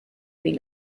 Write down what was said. been